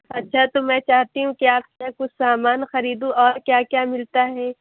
اچھا تو میں چاہتی ہوں کہ آپ کے یہاں کچھ سامان خریدوں اور کیا کیا ملتا ہے